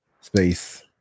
space